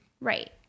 Right